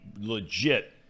legit